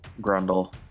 Grundle